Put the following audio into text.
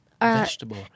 Vegetable